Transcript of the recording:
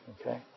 Okay